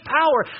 power